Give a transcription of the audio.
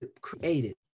created